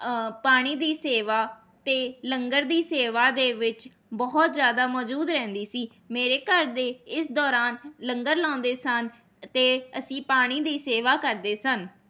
ਪਾਣੀ ਦੀ ਸੇਵਾ ਅਤੇ ਲੰਗਰ ਦੀ ਸੇਵਾ ਦੇ ਵਿੱਚ ਬਹੁਤ ਜ਼ਿਆਦਾ ਮੌਜੂਦ ਰਹਿੰਦੀ ਸੀ ਮੇਰੇ ਘਰ ਦੇ ਇਸ ਦੌਰਾਨ ਲੰਗਰ ਲਾਉਂਦੇ ਸਨ ਅਤੇ ਅਸੀਂ ਪਾਣੀ ਦੀ ਸੇਵਾ ਕਰਦੇ ਸਨ